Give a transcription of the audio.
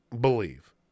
believe